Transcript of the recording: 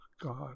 God